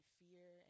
fear